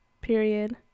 period